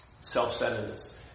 Self-centeredness